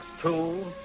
two